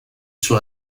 sur